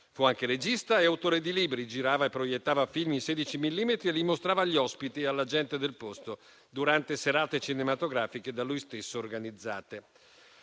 Fu anche regista e autore di libri, girava e proiettava film in sedici millimetri e li mostrava agli ospiti e alle gente del posto, durante serate cinematografiche da lui stesso organizzate.